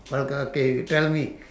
okay okay you tell me